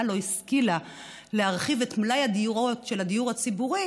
לא השכילה להרחיב את מלאי הדירות של הדיור הציבורי.